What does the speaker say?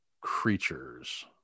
creatures